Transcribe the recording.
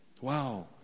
Wow